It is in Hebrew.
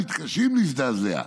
"מתקשים להזדעזע.